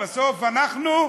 בסוף אנחנו,